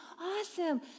awesome